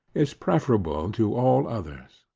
is preferable to all others.